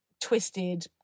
twisted